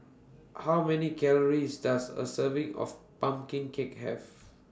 How Many Calories Does A Serving of Pumpkin Cake Have